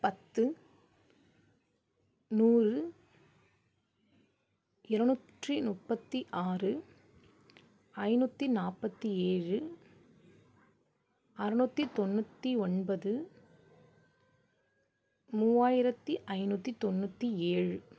பத்து நூறு இருநூற்றி முப்பத்தி ஆறு ஐநூற்றி நாற்பத்தி ஏழு அறநூற்றி தொண்ணூற்றி ஒன்பது மூவாயிரத்தி ஐநூற்ரி தொண்ணூற்றி ஏழு